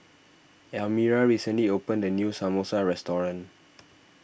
Elmyra recently opened a new Samosa restaurant